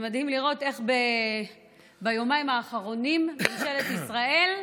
מדהים לראות איך ביומיים האחרונים ממשלת ישראל,